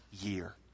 year